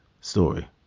story